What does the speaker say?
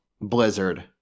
blizzard